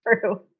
True